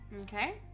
okay